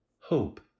hope